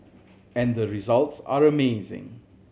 and the results are amazing